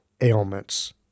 ailments